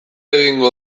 egingo